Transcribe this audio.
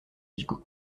gigot